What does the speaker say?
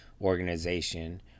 organization